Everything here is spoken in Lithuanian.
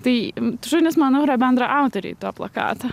tai šunys manau yra bendraautoriai to plakato